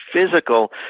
physical